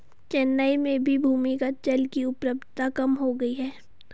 चेन्नई में भी भूमिगत जल की उपलब्धता कम हो गई है